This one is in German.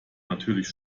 natürlich